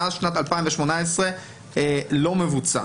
מאז שנת 2018 לא מבוצע.